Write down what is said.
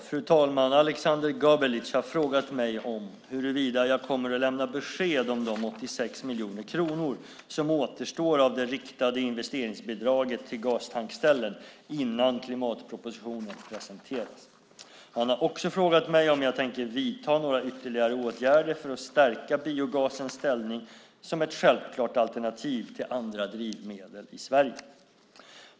Fru talman! Aleksander Gabelic har frågat mig om jag kommer att lämna besked om de 86 miljoner kronor som återstår av det riktade investeringsbidraget till gastankställen innan klimatpropositionen presenteras. Han har också frågat mig om jag tänker vidta några ytterligare åtgärder för att stärka biogasens ställning som ett självklart alternativ till andra drivmedel i Sverige.